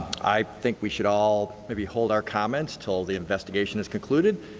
i think we should all maybe hold our comments till the investigation is concluded.